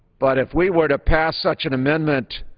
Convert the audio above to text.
but if we were to pass such an amendment